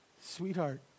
sweetheart